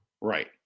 right